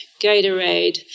Gatorade